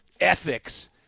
ethics